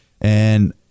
And-